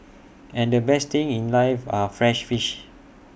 and the best things in life are free fish